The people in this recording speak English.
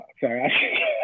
sorry